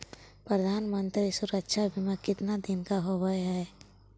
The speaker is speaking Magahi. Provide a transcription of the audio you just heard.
प्रधानमंत्री मंत्री सुरक्षा बिमा कितना दिन का होबय है?